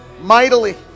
mightily